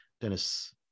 Dennis